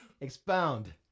Expound